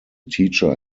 teacher